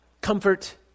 comfort